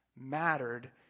mattered